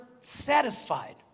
satisfied